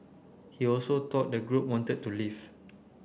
he also thought the group wanted to leave